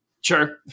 Sure